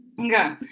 okay